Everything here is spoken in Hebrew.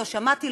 לא שמעתי,